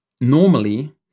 normally